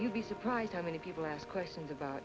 you'd be surprised how many people ask questions about